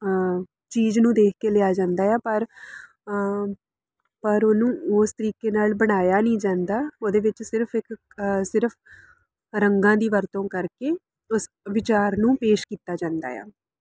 ਚੀਜ਼ ਨੂੰ ਦੇਖ ਕੇ ਲਿਆ ਜਾਂਦਾ ਆ ਪਰ ਪਰ ਉਹਨੂੰ ਉਸ ਤਰੀਕੇ ਨਾਲ ਬਣਾਇਆ ਨਹੀਂ ਜਾਂਦਾ ਉਹਦੇ ਵਿੱਚ ਸਿਰਫ ਇੱਕ ਸਿਰਫ ਰੰਗਾਂ ਦੀ ਵਰਤੋਂ ਕਰਕੇ ਉਸ ਵਿਚਾਰ ਨੂੰ ਪੇਸ਼ ਕੀਤਾ ਜਾਂਦਾ ਆ